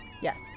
Yes